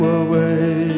away